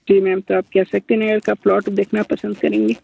जी ma'am तो आप क्या शक्तिनगर का प्लॉट देखना पसंद करेंगी